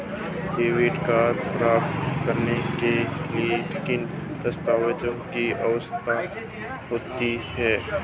Debit card प्राप्त करने के लिए किन दस्तावेज़ों की आवश्यकता होती है?